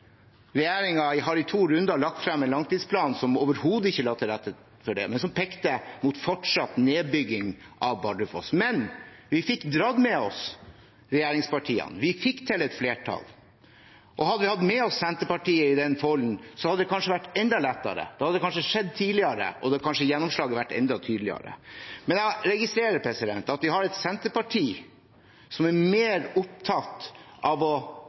har i to runder lagt frem en langtidsplan som overhodet ikke la til rette for det, men som pekte mot fortsatt nedbygging av Bardufoss. Men vi fikk dratt med oss regjeringspartiene. Vi fikk til et flertall. Hadde vi hatt med oss Senterpartiet i den folden, hadde det kanskje vært enda lettere. Da hadde det kanskje skjedd tidligere, og da hadde kanskje gjennomslaget vært enda tydeligere. Men jeg registrerer at vi har et senterparti som er mer opptatt av å fremstille det jeg nesten vil karakterisere som «fake news», beskylde andre for å